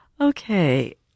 Okay